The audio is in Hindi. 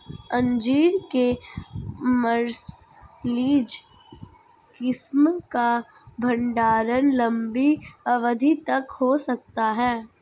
अंजीर के मार्सलीज किस्म का भंडारण लंबी अवधि तक हो सकता है